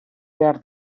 behar